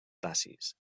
dacis